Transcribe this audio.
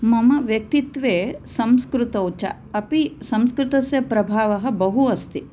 मम व्यक्तित्वे संस्कृतौ च अपि संस्कृतस्य प्रभावः बहु अस्ति